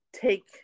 take